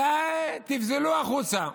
אלא שיפזלו החוצה.